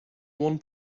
one